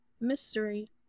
mystery